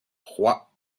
trois